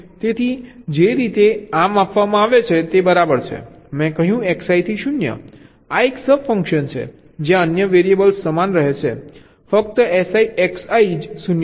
તેથી જે રીતે આ માપવામાં આવે છે તે બરાબર છે મેં કહ્યું Xi થી 0 આ એક સબ ફંક્શન છે જ્યાં અન્ય વેરિયેબલ્સ સમાન રહે છે ફક્ત Xi 0 છે